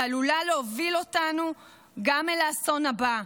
ועלולה להוביל אותנו גם אל האסון הבא.